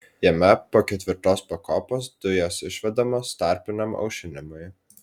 jame po ketvirtos pakopos dujos išvedamos tarpiniam aušinimui